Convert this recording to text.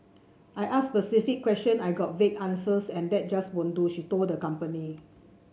I asked specific question I got vague answers and that just won't do she told the company